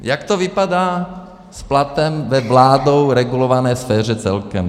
Jak to vypadá s platem ve vládou regulované sféře celkem?